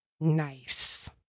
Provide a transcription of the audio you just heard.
Nice